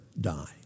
die